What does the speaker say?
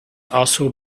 also